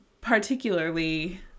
particularly